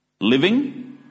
Living